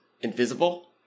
invisible